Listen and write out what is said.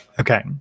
Okay